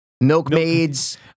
milkmaids